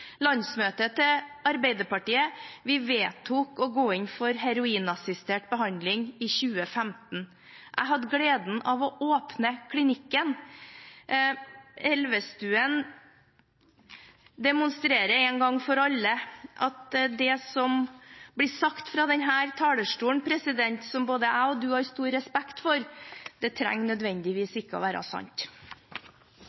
Landsmøtet til Arbeiderpartiet vedtok å gå inn for heroinassistert behandling i 2015. Jeg hadde gleden av å åpne klinikken. Elvestuen demonstrerer en gang for alle at det som blir sagt fra denne talerstolen – som både jeg og du har stor respekt for, president – ikke nødvendigvis